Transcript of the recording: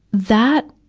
that,